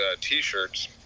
t-shirts